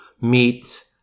meet